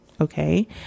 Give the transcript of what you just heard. Okay